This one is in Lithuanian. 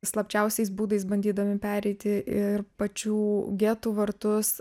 slapčiausiais būdais bandydami pereiti ir pačių getų vartus